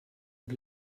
und